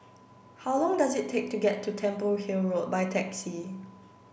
how long does it take to get to Temple Hill Road by taxi